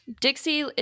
Dixie